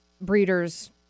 breeders